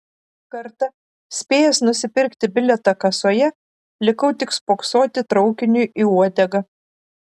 kartą spėjęs nusipirkti bilietą kasoje likau tik spoksoti traukiniui į uodegą